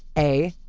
a.